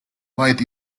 light